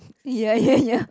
ya ya ya